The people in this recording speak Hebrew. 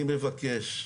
אני מבקש,